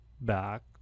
back